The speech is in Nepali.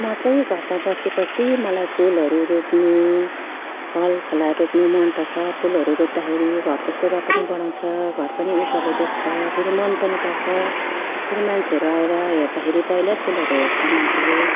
म चाहिँ घरमा बसेपछि मलाई फुलहरू रोप्नु फल फलाएर रोप्नु मनपर्छ फुलहरू रोप्दाखेरि घरको शोभा पनि बढाउँछ घर पनि उज्यालो देख्छ फेरि मन पनि पर्छ फेरि मान्छेहरू आएर हेर्दाखेरि पहिल्यै फुलहरू हेर्छ मान्छेले